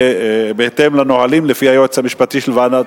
זה בהתאם לנהלים, לפי היועץ המשפטי של ועדת,